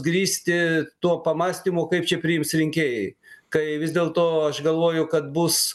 grįsti to pamąstymo kaip čia priims rinkėjai kai vis dėl to aš galvoju kad bus